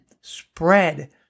spread